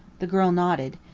the girl nodded.